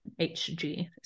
HG